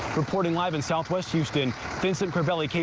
reporting live in southwest houston vincent crivelli, kprc